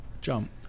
jump